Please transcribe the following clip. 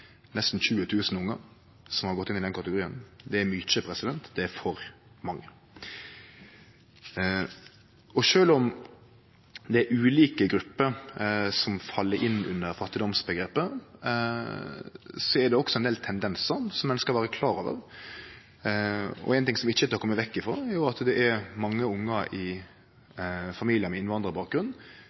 nesten 20 000 ungar som har gått inn i den kategorien. Det er mykje, det er for mange. Sjølv om det er ulike grupper som fell inn under fattigdomsomgrepet, er det også ein del tendensar som ein skal vere klar over. Ein ting som ikkje er til å kome vekk frå, er at det er mange ungar i familiar med innvandrarbakgrunn